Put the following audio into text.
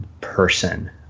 person